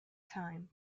time